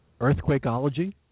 Earthquakeology